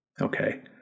Okay